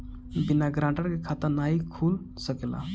बिना गारंटर के खाता नाहीं खुल सकेला?